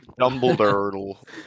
dumbledore